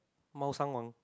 Mao-Shan-Wang